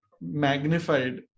magnified